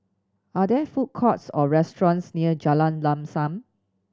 are there food courts or restaurants near Jalan Lam Sam